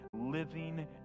living